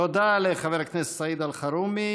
תודה לחבר הכנסת סעיד אלחרומי.